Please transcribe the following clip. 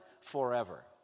forever